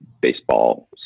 baseball